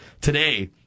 today